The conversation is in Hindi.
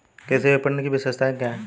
कृषि विपणन की विशेषताएं क्या हैं?